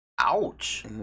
Ouch